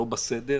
לא בסדר,